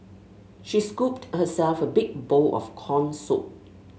she scooped herself a big bowl of corn soup